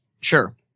Sure